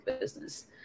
business